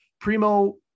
Primo